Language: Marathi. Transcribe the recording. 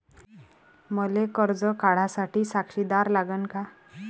मले कर्ज काढा साठी साक्षीदार लागन का?